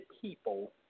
people